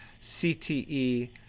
CTE